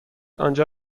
آنجا